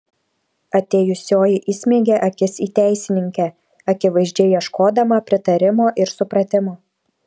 atėjusioji įsmeigė akis į teisininkę akivaizdžiai ieškodama pritarimo ir supratimo